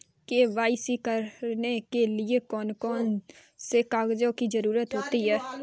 KYC करने के लिए कौन कौन से कागजों की जरूरत होती है?